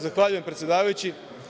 Zahvaljujem predsedavajući.